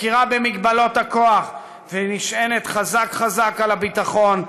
מכירה במגבלות הכוח ונשענת חזק חזק על הביטחון,